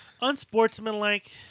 Unsportsmanlike